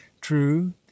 true